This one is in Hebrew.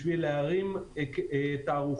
בשביל להרים תערוכה,